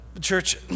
Church